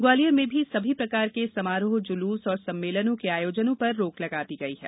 ग्वालियर में भी सभी प्रकार के समारोह जुलूस और सम्मेलनों के आयोजनों पर रोक लगा दी गई है